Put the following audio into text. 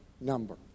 number